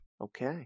Okay